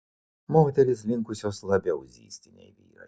moterys linkusios labiau zyzti nei vyrai